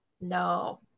No